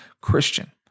Christian